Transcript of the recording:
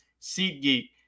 SeatGeek